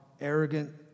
arrogant